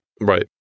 Right